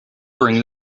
bring